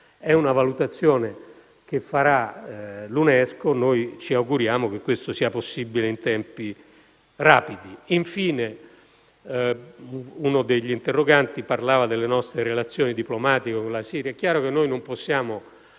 è una valutazione che farà l'UNESCO, e noi ci auguriamo che questo sia possibile in tempi rapidi. Infine, uno degli interroganti ha parlato delle nostre relazioni diplomatiche con la Siria. È chiaro che noi non possiamo